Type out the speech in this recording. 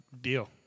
deal